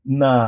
na